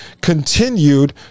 continued